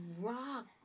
rock